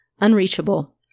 unreachable